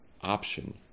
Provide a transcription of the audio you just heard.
option